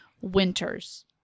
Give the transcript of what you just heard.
winters